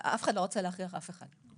אף אחד לא רוצה להכריח אף אחד.